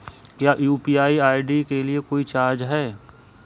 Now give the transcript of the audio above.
क्या UPI ID के लिए कोई चार्ज है?